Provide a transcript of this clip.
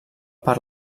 per